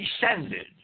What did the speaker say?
descended